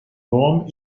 wurm